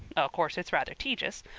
o' course it's rather tejus.